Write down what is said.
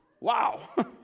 Wow